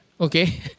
okay